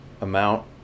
amount